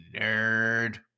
nerd